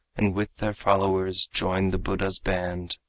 and with their followers joined the buddha's band.